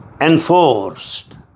enforced